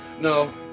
No